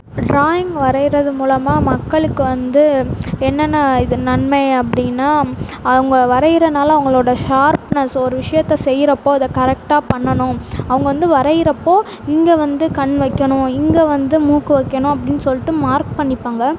drawing வரையறது மூலமா மக்களுக்கு வந்து என்னென்ன இது நன்மை அப்படின்னா அவங்க வரையிறதினால அவர்களோட ஷார்ப்னஸ் ஒரு விஷயத்தை செய்யறப்போ அதை கரெக்டாக பண்ணணும் அவங்க வந்து வரையறப்போது இங்கே வந்து கண் வைக்கணும் இங்கே வந்து மூக்கு வைக்கணும் அப்படின்னு சொல்லிட்டு மார்க் பண்ணிப்பாங்க